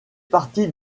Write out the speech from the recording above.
partie